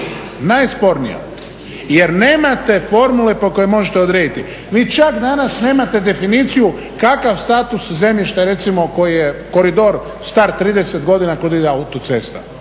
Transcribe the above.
najspornija jer nemate formule po kojoj možete odrediti. Vi čak danas nemate definiciju kakav status zemljišta recimo koji je koridor star 30 godina kud ide autocesta,